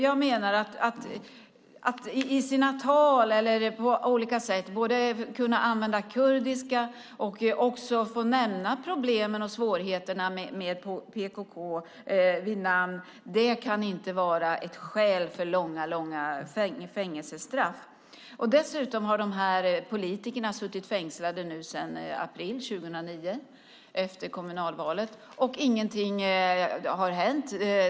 Att i sina tal och annars använda kurdiska och nämna problemen och svårigheterna med PKK vid namn kan inte vara ett skäl för långa fängelsestraff. De här politikerna har suttit fängslade sedan april 2009, efter kommunalvalet. Ingenting har hänt.